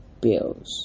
bills